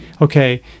okay